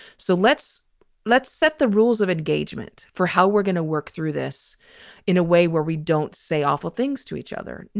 so let's let's set the rules of engagement for how we're going to work through this in a way where we don't say awful things to each other.